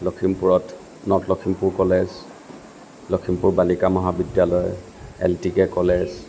লখিমপুৰত north Lakhimpur college Lakhimpur বালিকা মহাবিদ্যালয় এলটিকে কলেজ